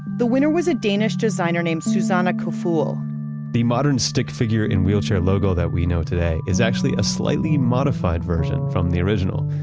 the winner was a danish designer named susanne koefed. the modern stick figure in wheelchair logo that we know today is actually a slightly modified version from the original.